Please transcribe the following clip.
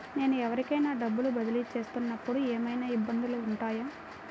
నేను ఎవరికైనా డబ్బులు బదిలీ చేస్తునపుడు ఏమయినా ఇబ్బందులు వుంటాయా?